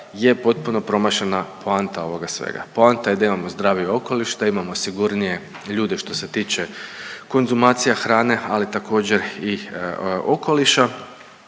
je potpuno promašena poanta ovoga svega. Poanta je da imamo zdravi okoliš, da imamo sigurnije ljude što se tiče konzumacija hrane ali također i okoliša